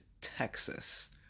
Texas